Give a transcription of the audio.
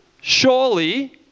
surely